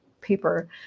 paper